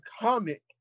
comic